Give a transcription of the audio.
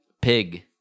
Pig